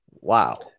wow